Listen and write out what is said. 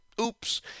Oops